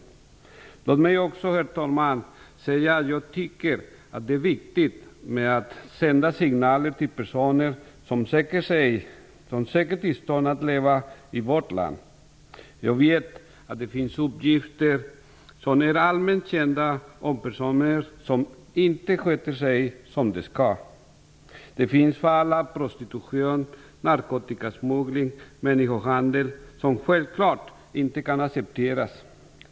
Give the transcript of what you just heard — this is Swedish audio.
Låt mig också, herr talman, säga att jag tycker att det är viktigt att sända signaler till personer som söker tillstånd att leva i vårt land. Jag vet att det kan finnas allmänt kända uppgifter om att personer inte sköter sig som de skall. Det finns fall av prostitution, narkotikasmuggling och människohandel som självklart inte kan accepteras.